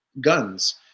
guns